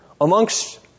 amongst